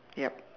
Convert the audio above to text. yup